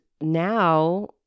now